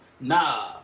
Nah